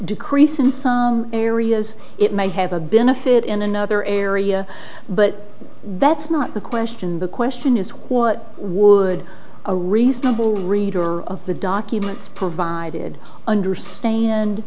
decrease in some areas it may have a been a fit in another area but that's not the question the question is what would a reasonable reader of the documents provided understand